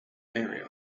area